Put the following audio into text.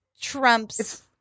Trump's